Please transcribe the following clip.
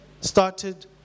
started